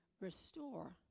restore